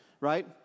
Right